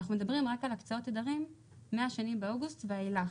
אנחנו מדברים רק על הקצאות תדרים מה-2/8 ואילך,